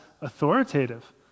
authoritative